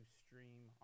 stream